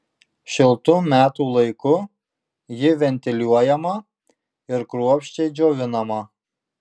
šiltu metų laiku ji ventiliuojama ir kruopščiai džiovinama